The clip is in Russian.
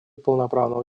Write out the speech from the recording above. полноправного